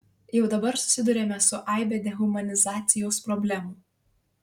jau dabar susiduriame su aibe dehumanizacijos problemų